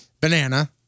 Banana